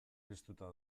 piztuta